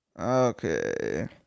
Okay